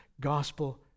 Gospel